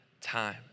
time